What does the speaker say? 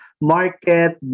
market